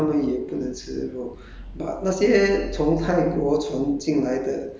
很多 singapore 有很多是中国传来的所以他们也不能吃肉